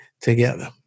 together